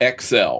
XL